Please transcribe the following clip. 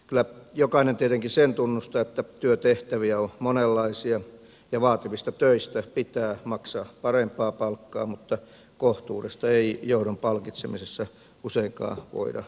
kyllä jokainen tietenkin sen tunnustaa että työtehtäviä on monenlaisia ja vaativista töistä pitää maksaa parempaa palkkaa mutta kohtuudesta ei johdon palkitsemisessa useinkaan voida puhua